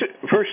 first